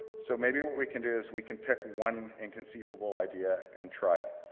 so maybe what we can do is we can pick one inconceivable idea and try it.